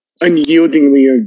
unyieldingly